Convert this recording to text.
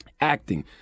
acting